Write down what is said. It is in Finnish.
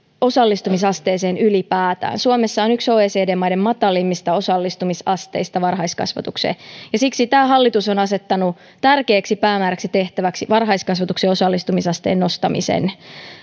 osallistumisasteeseen ylipäätään suomessa on yksi oecd maiden matalimmista osallistumisasteista varhaiskasvatukseen ja siksi tämä hallitus on asettanut tärkeäksi päämääräksi tehtäväksi varhaiskasvatuksen osallistumisasteen nostamisen